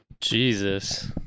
Jesus